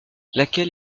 laquelle